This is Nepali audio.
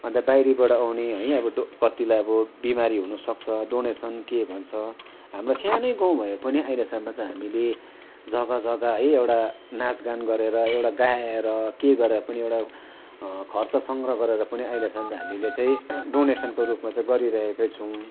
अन्त बाहिरबाट आउने है अब डो कतिलाई अब बिमारी हुनसक्छ डोनेसन के भन्छ हाम्रा सानै गाउँ भए पनि अहिलेसम्म चाहिँ हामीले जग्गा जग्गा है एउटा नाचगान गरेर एउटा गाएर के गरेर पनि एउटा खर्च सङ्ग्रह गरेर पनि अहिलेसम्म चाहिँ हामीले चाहिँ डोनेसनको रूपमा चाहिँ गरिरहेकै छौँ